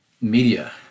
media